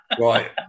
Right